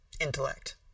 intellect